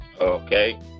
Okay